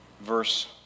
verse